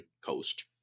coast